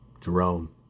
Jerome